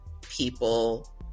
people